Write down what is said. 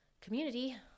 community